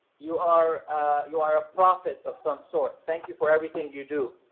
you are you are a prophet of some sort. thank you for everything you do.